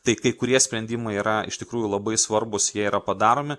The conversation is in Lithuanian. tai kai kurie sprendimai yra iš tikrųjų labai svarbūs jie yra padaromi